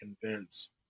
convince